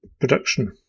production